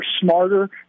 smarter